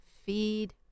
Feed